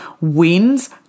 wins